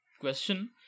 question